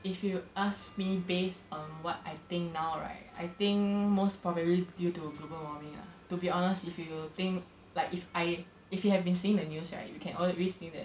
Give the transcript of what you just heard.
if you ask me based on what I think now right I think most probably due to global warming ah to be honest if you think like if I if you have been seeing the news right you can always see that